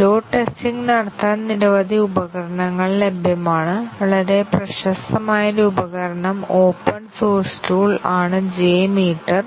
load testing നടത്താൻ നിരവധി ഉപകരണങ്ങൾ ലഭ്യമാണ് വളരെ പ്രശസ്തമായ ഒരു ഉപകരണം ഓപ്പൺ സോഴ്സ് ടൂൾ ആണ് J മീറ്റർ